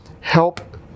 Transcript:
help